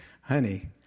honey